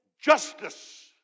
justice